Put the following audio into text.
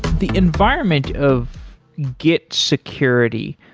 the environment of get security,